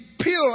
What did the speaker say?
pure